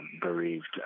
bereaved